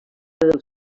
del